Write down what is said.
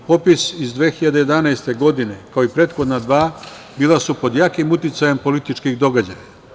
Popis iz 2011. godine, kao i prethodna dva, bila su pod jakim uticajem političkih događaja.